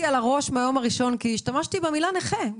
על הראש מהיום הראשון כי השתמשתי במילה נכה,